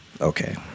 Okay